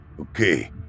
Okay